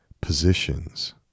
positions